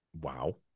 wow